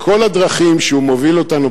בכל הדרכים שהוא מוביל אותנו,